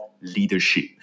leadership